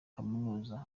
kaminuza